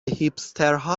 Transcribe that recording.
هیپسترها